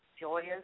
joyous